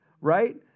right